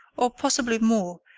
or possibly more,